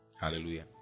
Hallelujah